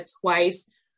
twice